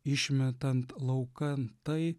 išmetant laukan tai